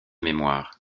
mémoires